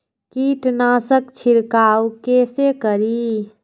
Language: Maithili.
कीट नाशक छीरकाउ केसे करी?